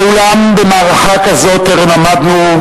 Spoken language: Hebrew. ואולם במערכה כזאת טרם עמדנו,